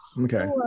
Okay